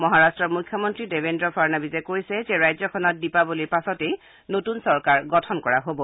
মহাৰাট্ট মুখ্যমন্তী দেবেদ্ৰ ফাড়নাবিছে কৈছে যে ৰাজ্যখনত দীপাৱলীৰ পাছতেই নতুন চৰকাৰ গঠন কৰা হব